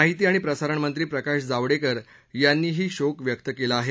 माहिती आणि प्रसारण मंत्री प्रकाश जावडेकर यांनी ही शोक व्यक्त केला आहे